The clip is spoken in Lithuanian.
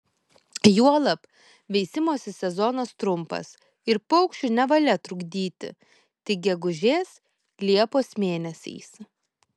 juolab veisimosi sezonas trumpas ir paukščių nevalia trukdyti tik gegužės liepos mėnesiais